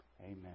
Amen